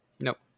Nope